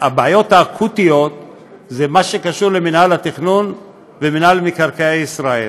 הבעיות האקוטיות הן במה שקשור למינהל התכנון ולמינהל מקרקעי ישראל,